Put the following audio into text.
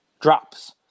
drops